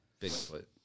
Bigfoot